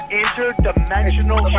interdimensional